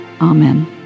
Amen